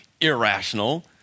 irrational